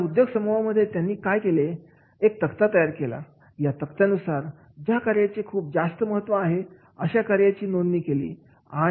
या उद्योग समूह मध्ये त्यांनी काय केले की एक तक्ता तयार केला या तक्त्यानुसार ज्या कार्याची खूप जास्त महत्त्व आहे अशा कार्याची नोंदणी केली